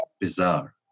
bizarre